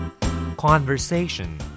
conversation